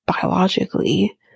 biologically